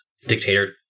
dictator-